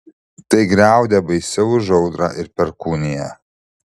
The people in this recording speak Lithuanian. tai griaudė baisiau už audrą ir perkūniją